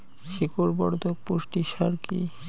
শিকড় বর্ধক পুষ্টি সার কি?